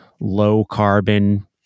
low-carbon